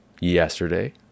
yesterday